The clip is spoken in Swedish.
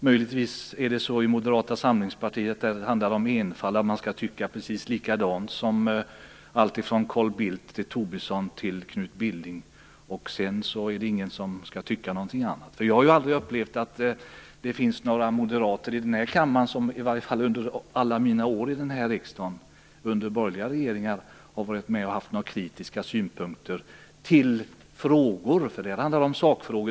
Möjligtvis handlar det i Moderata samlingspartiet om enfald, att man skall tycka precis likadant, alltifrån Carl Bildt och Lars Tobisson till Knut Billing, och sedan skall ingen tycka någonting annat. Jag har aldrig upplevt under alla mina år i riksdagen att det funnits några moderater i den här kammaren som under borgerliga regeringar haft några kritiska synpunkter i olika frågor. Detta handlar om sakfrågor.